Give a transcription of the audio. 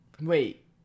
Wait